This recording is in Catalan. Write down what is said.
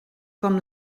com